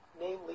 namely